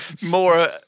more